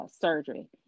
surgery